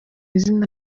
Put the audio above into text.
izina